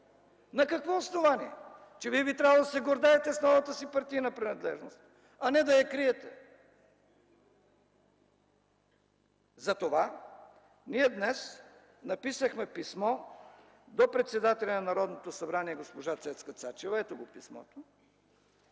На какво основание? Вие би трябвало да се гордеете с новата си партийна принадлежност, а не да я криете! Затова ние днес написахме писмо до председателя на Народното събрание госпожа Цецка Цачева – ето писмото